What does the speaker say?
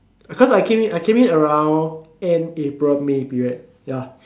because I came around end april may period